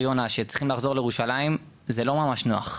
יונה שצריכים לחזור לירושלים זה לא ממש נוח.